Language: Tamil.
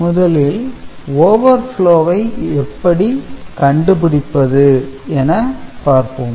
முதலில் overflow ஐ எப்படி கண்டுபிடிப்பது என பார்ப்போம்